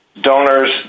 Donors